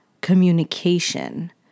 communication